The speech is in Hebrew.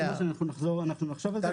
אנחנו נחשוב על זה.